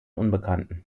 unbekannten